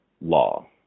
law